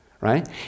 right